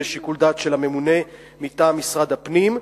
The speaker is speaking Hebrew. זה שיקול דעת של הממונה מטעם משרד הפנים.